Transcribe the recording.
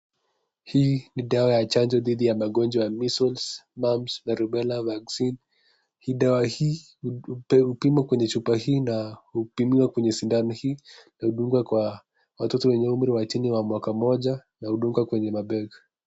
Hii ni dawa ya chanjo dhidi ya magonjwa ya Measles, mumps na rubella vaccine .Dawa hii hupimwa kwenye chupa hii na